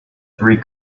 three